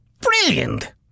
Brilliant